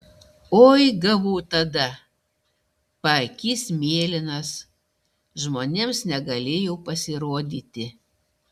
oi gavau tada paakys mėlynas žmonėms negalėjau pasirodyti